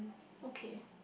okay